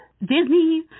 Disney